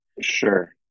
Sure